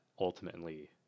ultimately